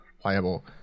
playable